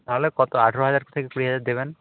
তাহলে কত আঠেরো হাজার থেকে কুড়ি হাজার দেবেন